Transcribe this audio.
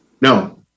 No